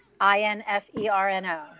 I-N-F-E-R-N-O